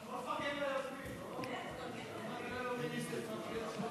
אתה יכול לפרגן ליוזמים.